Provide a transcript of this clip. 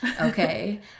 Okay